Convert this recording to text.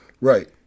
Right